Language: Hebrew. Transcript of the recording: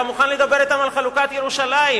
היה מוכן לדבר אתם על חלוקת ירושלים.